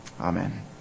Amen